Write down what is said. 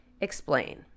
explain